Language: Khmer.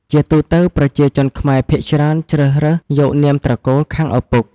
ជាទូទៅ ប្រជាជនខ្មែរភាគច្រើន ជ្រើសរើសយកនាមត្រកូលខាងឪពុក។